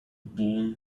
boy